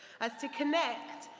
as to connect,